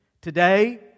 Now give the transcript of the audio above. Today